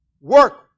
work